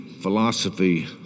philosophy